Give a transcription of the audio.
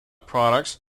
products